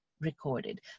recorded